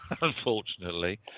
unfortunately